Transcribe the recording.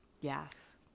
Yes